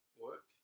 work